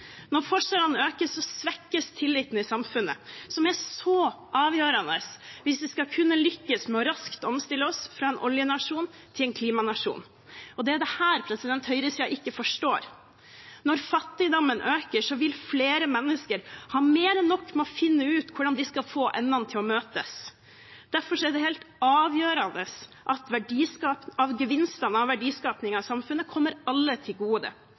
Når forskjellene øker, svekkes tilliten i samfunnet, som er så avgjørende hvis vi skal kunne lykkes med raskt å omstille oss fra en oljenasjon til en klimanasjon. Det er dette høyresiden ikke forstår. Når fattigdommen øker, vil flere mennesker ha mer enn nok med å finne ut hvordan de skal få endene til å møtes. Derfor er det helt avgjørende at gevinstene av verdiskapingen i samfunnet kommer alle til gode,